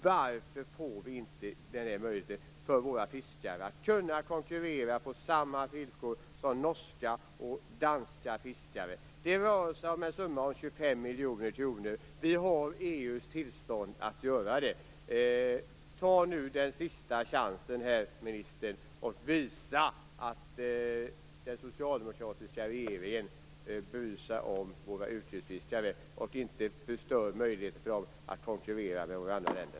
Varför får inte våra fiskare möjlighet att konkurrera med danska och norska fiskare på samma villkor? Det rör sig om en summa av 25 miljoner kronor. Vi har EU:s tillstånd. Ta nu den sista chansen, ministern, och visa att den socialdemokratiska regeringen bryr sig om våra yrkesfiskare. Förstör inte deras möjlighet att konkurrera med fiskare i andra länder.